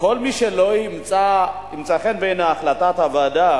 כל מי שלא תמצא חן בעיניו החלטת הוועדה